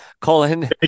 Colin